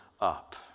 up